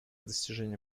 достижения